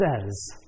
says